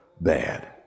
bad